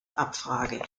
abfrage